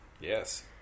Yes